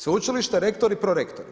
Sveučilište, rektor i prorektor.